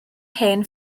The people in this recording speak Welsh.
hen